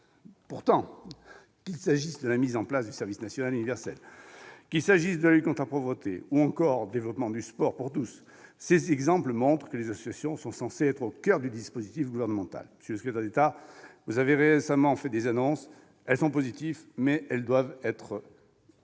Pourtant, qu'il s'agisse de la mise en place du service national universel, de la lutte contre la pauvreté, ou encore du développement du sport pour tous, ces exemples montrent que les associations sont censées être au coeur du dispositif gouvernemental. Monsieur le secrétaire d'État, vous avez récemment fait des annonces, elles sont positives, mais elles doivent se concrétiser.